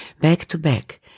back-to-back